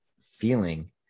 feeling